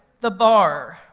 the bar.